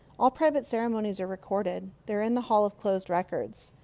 all private ceremonies are recorded. they're in the hall of closed records.